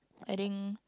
I think